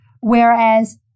whereas